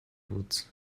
woods